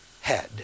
head